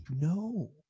no